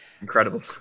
Incredible